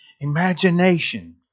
imagination